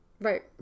Right